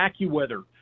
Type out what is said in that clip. AccuWeather